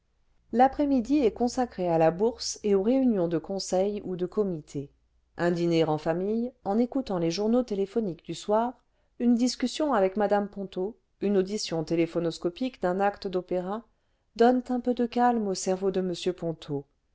l'après-midi est consacrée à la bourse et aux réunions de conseils ou de comités un dîner en famille en écoutant les journaux téléphoniques du soir une discussion avec mme ponto une audition téléphonoscopique d'un acte d'opéra donnent un peu de calme au cerveau de m ponto